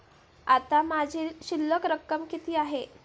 आता माझी शिल्लक रक्कम किती आहे?